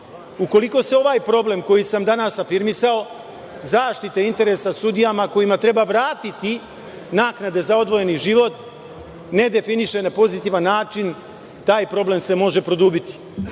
ovamo. Ukoliko se ovaj problem koji sam danas afirmisao, zaštite interesa sudijama kojima treba vratiti naknade za odvojeni život, ne definiše na pozitivan način, taj problem se može produbiti. Zbog